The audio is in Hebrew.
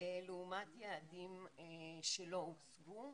לעומת יעדים שלא הושגו,